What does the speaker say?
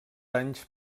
anys